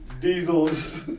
diesels